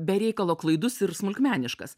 be reikalo klaidus ir smulkmeniškas